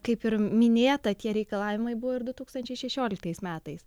kaip ir minėta tie reikalavimai buvo ir du tūkstančiai šešioliktais metais